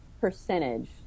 percentage